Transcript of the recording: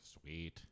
Sweet